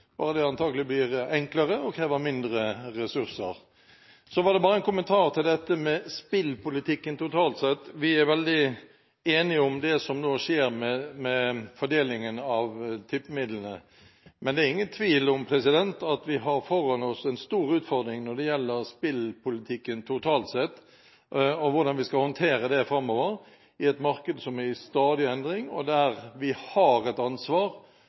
det blir antagelig enklere og vil kreve færre ressurser. Så bare en kommentar til dette med spillpolitikken totalt sett: Vi er veldig enige om det som nå skjer med fordelingen av tippemidlene. Men det er ingen tvil om at vi har foran oss en stor utfordring når det gjelder spillpolitikken totalt sett, og hvordan vi skal håndtere den framover i et marked som er i stadig endring, og der vi har et ansvar